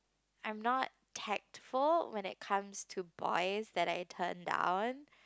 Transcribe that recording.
I'm not tactful when it comes to boys that I turn down